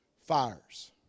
Fires